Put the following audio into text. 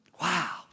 Wow